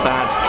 Bad